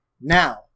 Now